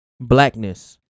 blackness